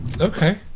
Okay